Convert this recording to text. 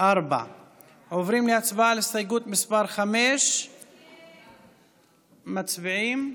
עוברים להצבעה על הסתייגות מס' 5. מצביעים.